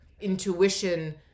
intuition